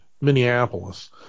Minneapolis